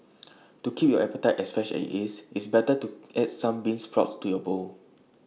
to keep your appetite as fresh as IT is it's better to add some bean sprouts to your bowl